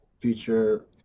future